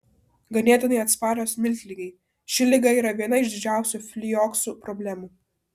ganėtinai atsparios miltligei ši liga yra viena iš didžiausių flioksų problemų